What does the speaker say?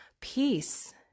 peace